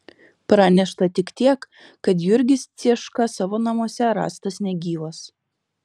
pranešta tik tiek kad jurgis cieška savo namuose rastas negyvas